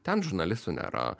ten žurnalistų nėra